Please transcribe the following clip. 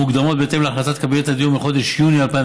המקודמות בהתאם להחלטת קבינט מחודש יוני 2013